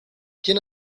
quién